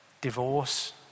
divorce